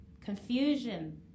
Confusion